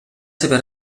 seva